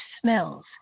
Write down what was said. smells